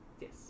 Yes